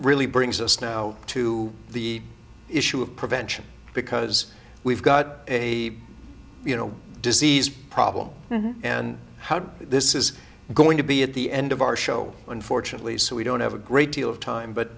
really brings us now to the issue of prevention because we've got a you know disease problem and how this is going to be at the end of our show unfortunately so we don't have a great deal of time but